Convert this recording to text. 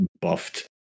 buffed